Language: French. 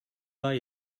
pas